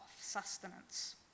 sustenance